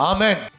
Amen